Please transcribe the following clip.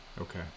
Okay